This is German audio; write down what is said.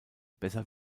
besser